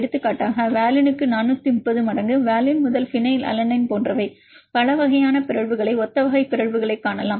எடுத்துக்காட்டாக வாலினுக்கு 430 மடங்கு வாலின் முதல் ஃபினைல்லனைன் போன்றவை பல வகையான பிறழ்வுகளை ஒத்த வகை பிறழ்வுகளைக் காணலாம்